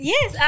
Yes